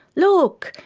look!